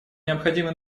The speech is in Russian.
необходимы